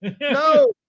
no